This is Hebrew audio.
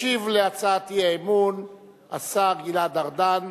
ישיב על הצעת האי-אמון השר גלעד ארדן,